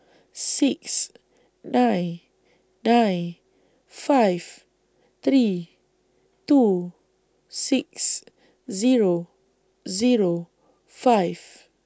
six nine nine five three two six Zero Zero five